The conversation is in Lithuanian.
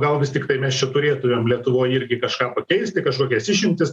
gal vis tiktai mes čia turėtumėm lietuvoj irgi kažką pakeisti kažkokias išimtis